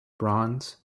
bronze